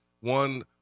one